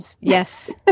Yes